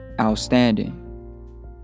outstanding